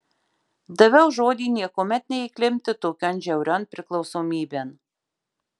daviau žodį niekuomet neįklimpti tokion žiaurion priklausomybėn